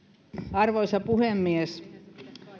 arvoisa puhemies